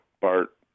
Bart